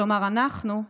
כלומר אנחנו,